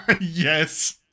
Yes